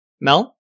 Mel